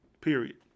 Period